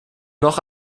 noch